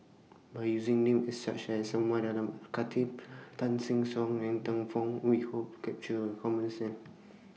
By using Names such as Umar Khatib Tan Sing Suan Ng Teng Fong We Hope capture commons